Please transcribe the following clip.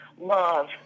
love